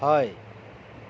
হয়